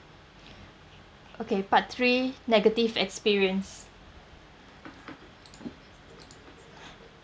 okay part three negative experience